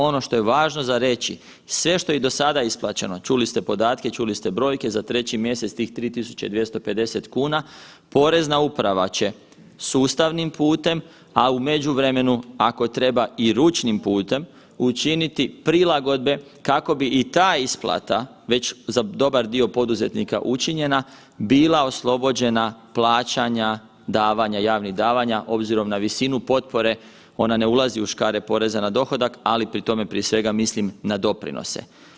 Ono što je važno za reći, sve što je i do sada isplaćeno, čuli ste podatke, čuli ste brojke, za 3 mjesec tih 3.250,00 kn, porezna uprava će sustavnim putem, a u međuvremenu ako treba i ručnim putem, učiniti prilagodbe kako bi i ta isplata već za dobar dio poduzetnika učinjena, bila oslobođena plaćanja davanja, javnih davanja obzirom na visinu potpore, ona ne ulazi u škare poreza na dohodak, ali pri tome prije svega mislim na doprinose.